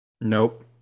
Nope